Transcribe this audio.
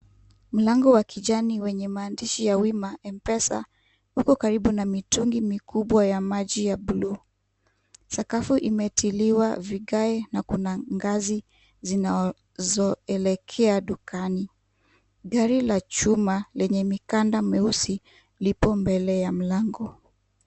Mlango wa kijani wenye maandishi ya wima M-pesa, huku karibu na mitungi mikubwa ya maji ya bluu. Sakafu imetiliwa vigae na kuna ngazi zinazoelekea dukani. Gari la chuma lenye mikanda meusi lipo mbele ya mlango.